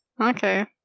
Okay